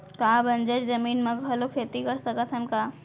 का बंजर जमीन म घलो खेती कर सकथन का?